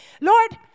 Lord